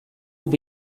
will